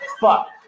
Fuck